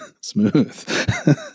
smooth